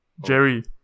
Jerry